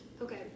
Okay